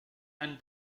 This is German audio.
einen